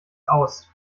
aus